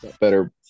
better